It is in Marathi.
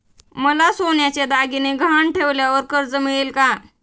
मला सोन्याचे दागिने गहाण ठेवल्यावर कर्ज मिळेल का?